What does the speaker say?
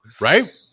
Right